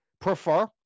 prefer